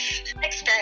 experience